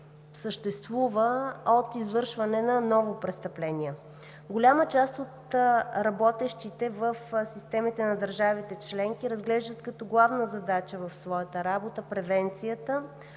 риск от извършване на ново престъпление. Голяма част от работещите в системите на държавите членки разглеждат като главна задача в своята работа превенцията,